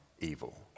evil